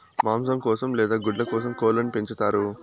మాంసం కోసం లేదా గుడ్ల కోసం కోళ్ళను పెంచుతారు